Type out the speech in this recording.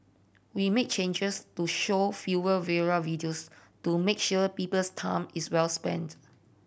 we made changes to show fewer viral videos to make sure people's time is well spent